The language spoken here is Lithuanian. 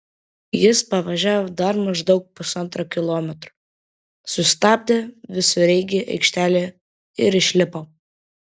jis pavažiavo dar maždaug pusantro kilometro sustabdė visureigį aikštelėje ir išlipo